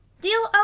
Deal